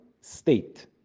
state